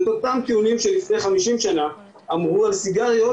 ואת אותם טיעונים שלפני 50 שנה אמרו על סיגריות,